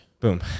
Boom